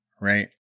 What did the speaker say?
right